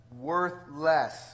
worthless